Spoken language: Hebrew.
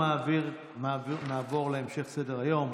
נעבור להמשך סדר-היום.